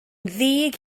ddig